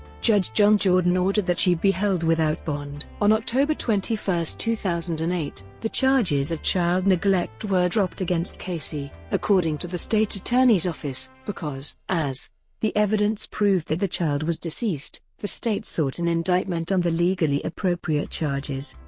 judge john jordan ordered that she be held without bond. on october twenty one, two thousand and eight, the charges of child neglect were dropped against casey, according to the state attorney's office, because as the evidence proved that the child was deceased, the state sought an indictment on the legally appropriate charges.